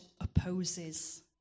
opposes